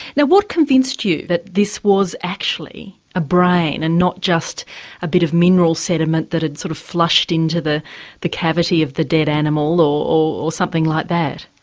now what convinced you that this was actually a brain and not just a bit of mineral sediment that had sort of flushed into the the cavity of the dead animal, or something like that?